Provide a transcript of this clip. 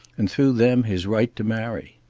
and through them his right to marry.